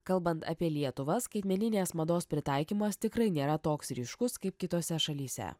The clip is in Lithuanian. kalbant apie lietuvą skaitmeninės mados pritaikymas tikrai nėra toks ryškus kaip kitose šalyse